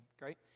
Great